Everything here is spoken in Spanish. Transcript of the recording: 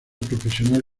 profesional